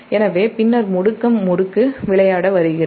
எனவே பின்னர் முடுக்கம் முறுக்கு விளையாடவருகிறது